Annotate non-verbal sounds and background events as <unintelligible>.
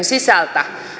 <unintelligible> sisältä